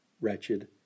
wretched